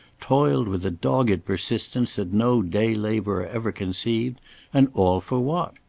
toiled with a dogged persistence that no day-labourer ever conceived and all for what?